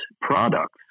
products